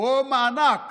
או מענק